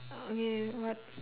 oh you what